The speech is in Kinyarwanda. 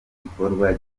gikorwa